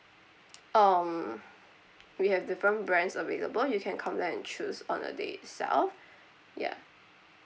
um we have different brands available you can come down and choose on the day itself ya